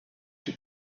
your